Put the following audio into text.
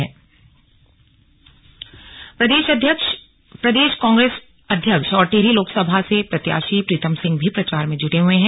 कांग्रेस प्रचार प्रदेश कांग्रेस अध्यक्ष और टिहरी लोकसभा से प्रत्याशी प्रीतम सिंह भी प्रचार में जुटे हुए हैं